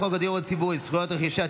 הצעת חוק הדיור הציבורי (זכויות רכישה),